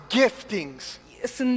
giftings